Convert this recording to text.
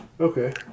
Okay